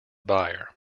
buyer